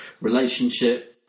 relationship